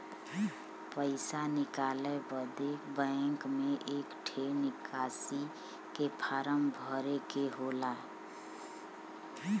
पइसा निकाले बदे बैंक मे एक ठे निकासी के फारम भरे के होला